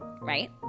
right